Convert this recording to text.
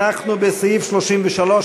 אנחנו בסעיף 33,